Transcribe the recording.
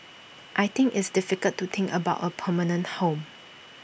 I think it's difficult to think about A permanent home